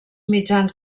mitjans